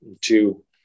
two